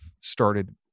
started